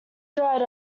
dried